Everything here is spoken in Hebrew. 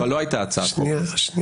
אז לא הייתה הצעת חוק,